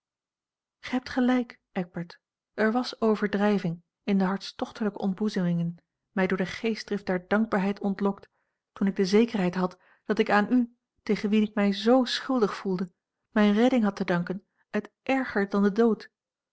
gij hebt gelijk eckbert er was overdrijving in de hartstochtelijke ontboezemingen mij door de geestdrift der dankbaarheid ontlokt toen ik de zekerheid had dat ik aan u tegen wien ik mij z schuldig voelde mijne redding had te danken uit erger dan de dood